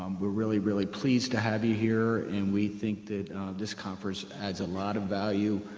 um we're really, really pleased to have you here, and we think that this conference adds a lot of value.